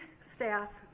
staff